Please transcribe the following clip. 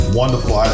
wonderful